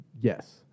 Yes